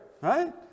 right